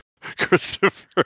Christopher